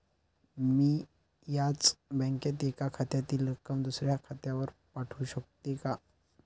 मी याच बँकेत एका खात्यातील रक्कम दुसऱ्या खात्यावर पाठवू शकते का?